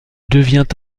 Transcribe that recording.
devient